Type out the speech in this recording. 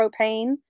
propane